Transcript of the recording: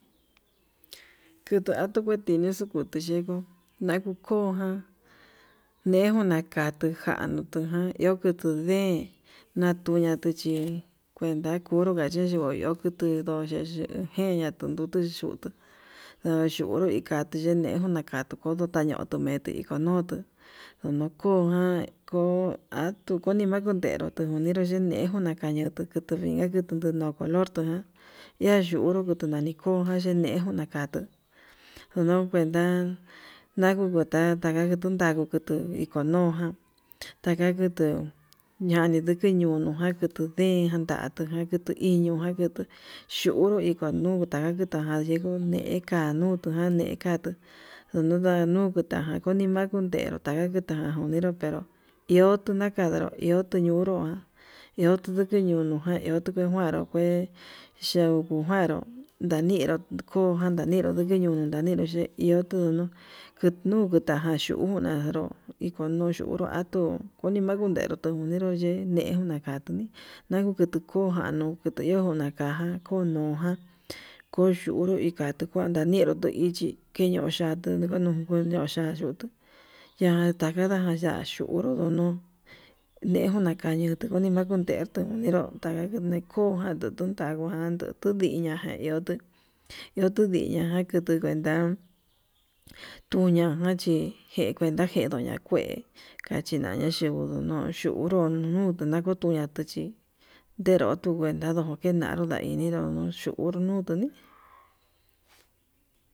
Kutu atuu kuetinexu kutuyenguo nakoján nejo nakatuján ehu kutuu nden natuñatu chí kuenta kunruka chechoyo akuyo ye ye'e yenatu natuyutu ndayunru ikate, endejo katu kodo tuña'a ña'a tukemetu ndutu ndonokojan ko'o atuu konima kunderú, tuun ndero yenejo nakañatuu tukutu kuini ndenkunu no'o color tañayunru kutuu nani kojan yenejo nakatuu anuu kuenta naku nukata nakundanju kutuu, oko noján taka kutuu, ñani ndikiñunu jan kutuu tunden jan ndatuu najan iño jan kutuu yunru ikuu nuu naka kita'a kayenguu ne'e kanuu ndukujan ne'e katuu, nduju na'a kuta ján koni makun nde'e ndenro taján kuderó nderó iho tuu nakandaro iho teñunru ján iho tuni nuño'o jén tuñii kuanru kue chauku njuanrú ndaninro koján naninro ndikii, ño'on ñaninro xhe iho nuu ninu kutaján xhiuu unanro iko nuu ñunruu atuu konii vakundero ikoneru yuu, ye'e ne kunakatuni akuu kutu kuu januu kuti yejó nakaján konujan koyuu nikatuu kuan ñaneró tu ichí, kiniun yatuu kinuñun ya'á yutu ya'a takada yaxhuu unru ndunu dejo nakaña yonii nakunde tukenro nda'a ndakunekun jan ndututan ndakuanduu tundiña je'e ihotu ihotu ndiña ñakutu kuenta tuñajan chi ñakuenta kenduña kue kachindaña xhinguu nuño'o nuu yunru nuu akutuña nduchi nderoto nguenta ndanro nakedaro naini ndoro yutu ni'í.